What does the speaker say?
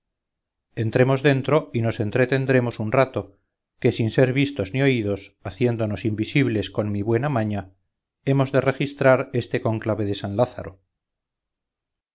entremos dentro y nos entretendremos un rato que sin ser vistos ni oídos haciéndonos invisibles con mi buena maña hemos de registrar este conclave de san lázaro